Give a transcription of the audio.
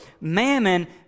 Mammon